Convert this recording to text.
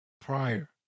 prior